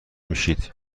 میشید